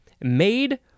made